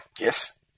Yes